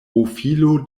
bofilo